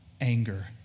anger